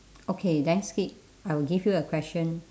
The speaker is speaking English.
okay then skip I will give you a question